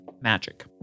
magic